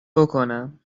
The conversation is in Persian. بکنم